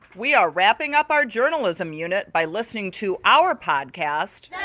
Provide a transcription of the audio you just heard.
we are wrapping up our journalism unit by listening to our podcast. yeah